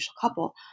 couple